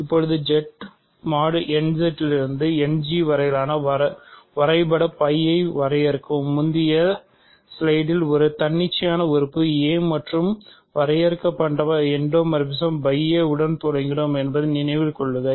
இப்போது Z mod n Z இலிருந்து End G வரை வரைபட ஐ வரையறுக்கவும் முந்தைய ஸ்லைடில் ஒரு தன்னிச்சையான உறுப்பு a மற்றும் வரையறுக்கப்பட்ட எண்டோமார்பிசம் உடன் தொடங்கினோம் என்பதை நினைவில் கொள்க